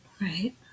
right